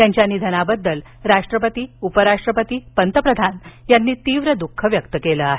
त्यांच्या निधनाबद्दल राष्ट्रपती उपराष्ट्रपती पंतप्रधान यांनी तीव्र दुःख व्यक्त केलं आहे